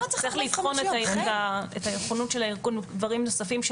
צריך לבחון את העקרונות של הארגון ודברים נוספים,